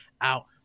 out